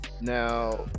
Now